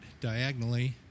diagonally